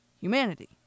humanity